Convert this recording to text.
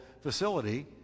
facility